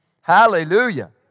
Hallelujah